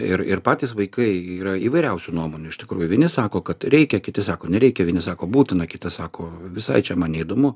ir ir patys vaikai yra įvairiausių nuomonių iš tikrųjų vieni sako kad reikia kiti sako nereikia vieni sako būtina kita sako visai čia man neįdomu